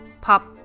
Pop